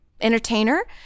entertainer